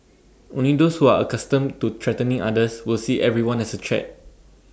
only those who are accustomed to threatening others will see everyone as A threat